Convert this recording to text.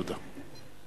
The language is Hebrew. תודה.